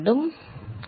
சரி